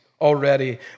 already